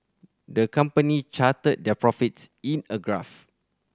the company charted their profits in a graph